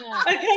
Okay